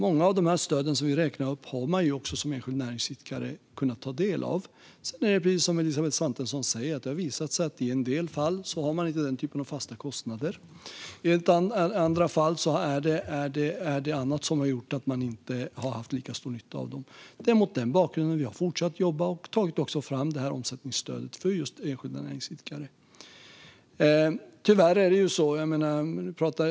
Många av de stöd som vi har räknat upp har man som enskild näringsidkare kunnat ta del av. Men som Elisabeth Svantesson säger har det i en del fall visat sig att man inte har den här typen av fasta kostnader. I andra fall är det annat som har gjort att man inte har haft lika stor nytta av dem. Det är mot denna bakgrund som vi har fortsatt jobba och har tagit fram omsättningsstödet för enskilda näringsidkare.